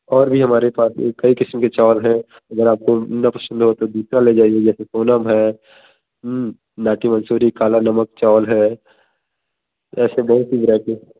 और भी हमारे पास ये कई किस्म के चावल हैं अगर आपको न पसंद ना हों तो दूसरा ले जाइए जैसे सोनम है नाटी मंसूरी काला नमक चावल है ऐसे बहुत सी वैराइटीज़